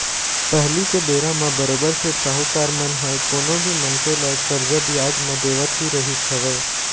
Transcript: पहिली के बेरा म बरोबर सेठ साहूकार मन ह कोनो भी मनखे ल करजा बियाज म देवत ही रहिस हवय